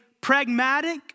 pragmatic